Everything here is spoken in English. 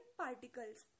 particles